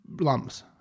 lumps